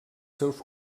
seus